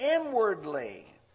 inwardly